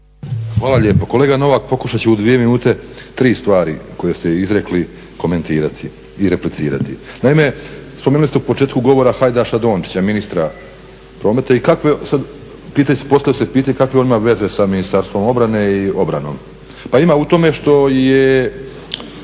Hvala lijepa. Kolega Novak, pokušat ću u dvije minute tri stvari koje ste izrekli komentirati i replicirati. Naime, spomenuli ste u početku govora Hajdaša-Dončića, ministra prometa i kakve, postavlja se pitanje kakve on ima veza sa Ministarstvom obrane i obranom. Pa ima u tome što je